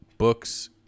books